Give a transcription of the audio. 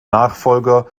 nachfolger